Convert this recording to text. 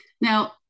Now